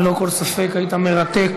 ללא כל ספק היית מרתק,